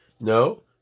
no